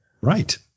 Right